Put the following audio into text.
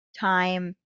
time